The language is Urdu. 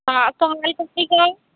ہاں تو ہماری طرف سے کیا ہے